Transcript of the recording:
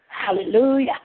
Hallelujah